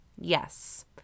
Yes